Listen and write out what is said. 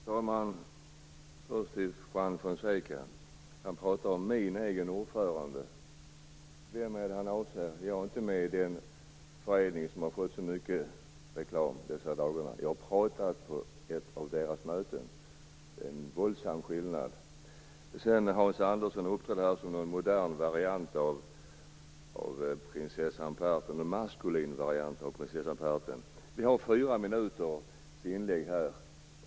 Fru talman! Först en fråga till Juan Fonseca. Han pratar om min egen ordförande. Vem är det han avser? Jag är inte med i den förening som har fått så mycket reklam i dessa dagar. Jag har pratat på ett av föreningens möten. Det är en våldsam skillnad. Hans Andersson uppträdde här som någon maskulin variant av prinsessan på ärten. Vi har 4 minuters inlägg.